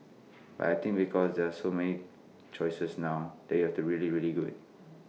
but I think because there are so many choices now that you have to be really really good